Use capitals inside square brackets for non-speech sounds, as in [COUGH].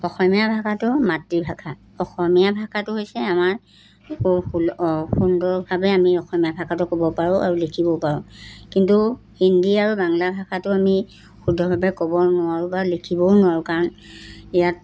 অসমীয়া ভাষাটো মাতৃভাষা অসমীয়া ভাষাটো হৈছে আমাৰ [UNINTELLIGIBLE] সুন্দৰভাৱে আমি অসমীয়া ভাষাটো ক'ব পাৰোঁ আৰু লিখিবও পাৰোঁ কিন্তু হিন্দী আৰু বাংলা ভাষাটো আমি শুদ্ধভাৱে ক'ব নোৱাৰোঁ বা লিখিবও নোৱাৰোঁ কাৰণ ইয়াত